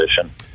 position